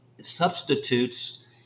substitutes